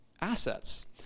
assets